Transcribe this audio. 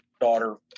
daughter